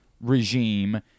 regime